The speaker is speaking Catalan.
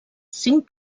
cinc